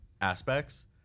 aspects